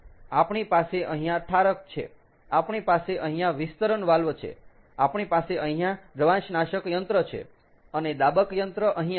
આપણી પાસે અહીંયા ઠારક છે આપણી પાસે અહીંયા વિસ્તરણ વાલ્વ છે આપણી પાસે અહીંયા દ્રવાંશનાશક યંત્ર છે અને દાબક યંત્ર અહીંયા છે